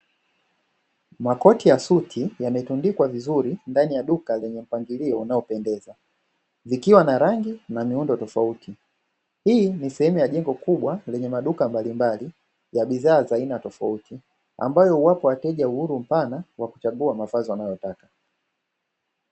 Makoti ya suti yametundikwa vizuri ndani ya duka lenye mpangilio unaopendeza ikiwa na rangi na miundo tofauti. Hii ni sehemu ya jengo kubwa lenye maduka mbalimbali ya bidhaa za aina tofauti ambayo huwapa wateja uhuru mpana wa kuchagua mavazi wanayoyataka.